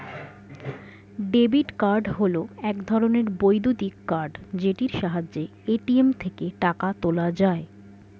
debit card হল এক ধরণের বৈদ্যুতিক কার্ড যেটির সাহায্যে এ.টি.এম থেকে টাকা তোলা যায়